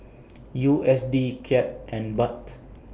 U S D Kyat and Baht